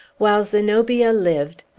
while zenobia lived,